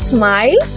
Smile